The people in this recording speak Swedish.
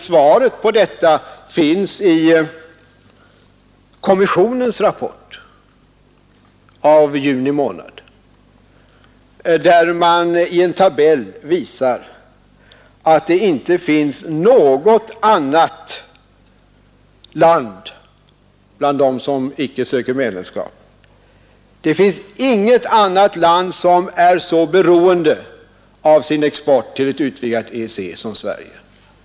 Svaret på den frågan lämnas i EEC-kommissionens junirapport, där man i en tabell visar att det bland dem som icke söker medlemskap inte finns något annat land som är så beroende av sin export till ett utvidgat EEC som Sverige.